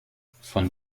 von